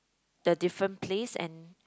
the different place and